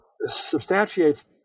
substantiates